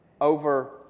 Over